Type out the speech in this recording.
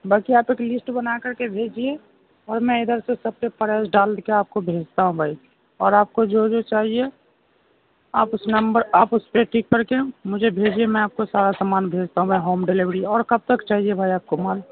باقی آپ ایک لسٹ بنا کر کے بھیجیے اور میں ادھر سے سب کے پرائز ڈال کے بھیجتا ہوں بھائی اور آپ کو جو بھی چاہیے آپ اس نمبر اس پہ ٹک کر کے مجھے بھیجیے میں آپ کو سارا سامان بھیجتا ہوں میں ہوم ڈیلیوری اور کب تک چاہیے بھائی آپ کو مال